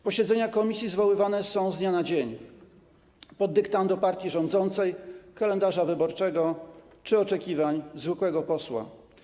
Posiedzenia komisji zwoływane są z dnia na dzień pod dyktando partii rządzącej, kalendarza wyborczego czy oczekiwań zwykłego posła.